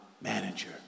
manager